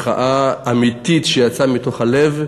מחאה אמיתית, שיצאה מתוך הלב.